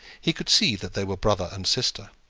he could see that they were brother and sister.